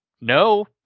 No